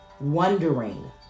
wondering